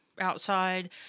Outside